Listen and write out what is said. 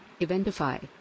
Eventify